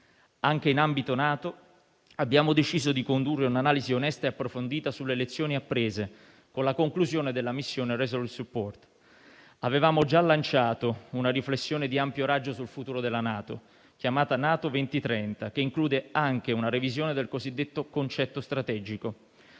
Anche in ambito NATO abbiamo deciso di condurre un'analisi onesta e approfondita sulle lezioni apprese con la conclusione della missione Resolute support. Avevamo già lanciato una riflessione di ampio raggio sul futuro della NATO, chiamata NATO 2030, che include anche una revisione del cosiddetto concetto strategico: